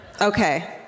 okay